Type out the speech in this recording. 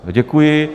Děkuji.